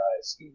eyes